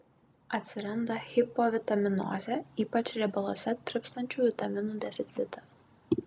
atsiranda hipovitaminozė ypač riebaluose tirpstančių vitaminų deficitas